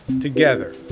together